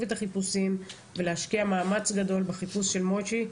את החיפושים ולהשקיע מאמץ גדול בחיפוש אחרי מוישי.